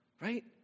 right